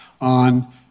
on